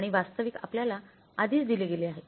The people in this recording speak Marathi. आणि वास्तविक आपल्याला आधीच दिले गेले आहे